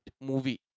movie